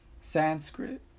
Sanskrit